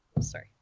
sorry